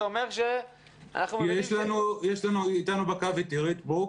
זה אומר --- איתנו על הקו אירית ברוק.